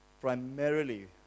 primarily